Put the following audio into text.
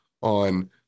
on